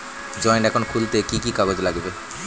Joint account খুলতে কি কি কাগজ লাগবে?